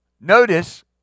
notice